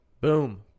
Boom